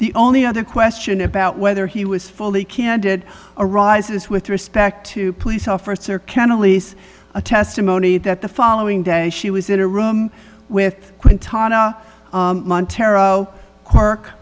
the only other question about whether he was fully candid arises with respect to police officer ken elise a testimony that the following day she was in a room with quinton montero clark